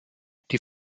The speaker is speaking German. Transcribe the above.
die